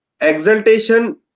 exaltation